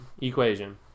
equation